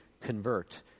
convert